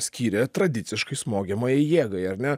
skyrė tradiciškai smogiamajai jėgai ar ne